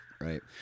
right